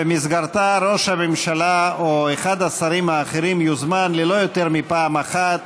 ובמסגרתה ראש הממשלה או אחד השרים האחרים יוזמן לא יותר מפעם אחת